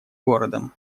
городом